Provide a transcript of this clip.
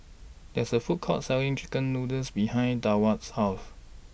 There IS A Food Court Selling Chicken Noodles behind Deward's House